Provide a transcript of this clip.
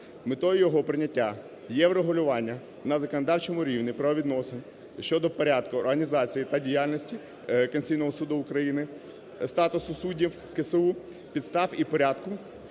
Метою його прийняття є врегулювання на законодавчому рівні правовідносин щодо порядку, організації та діяльності Конституційного Суду України, статусу суддів КСУ, підстав і порядку